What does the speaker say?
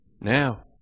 now